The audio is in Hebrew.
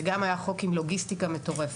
זה גם היה חוק עם לוגיסטיקה מטורפת.